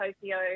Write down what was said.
Tokyo